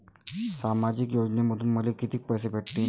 सामाजिक योजनेमंधून मले कितीक पैसे भेटतीनं?